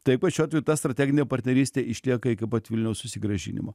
tai kad šiuo ta strateginė partnerystė išlieka iki pat vilniaus susigrąžinimo